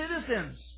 citizens